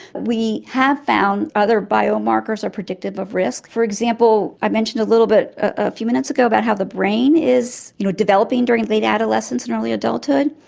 we have found other biomarkers are predictive of risk. for example, i mentioned a little bit a few minutes ago about how the brain is you know developing during late adolescence and early adulthood.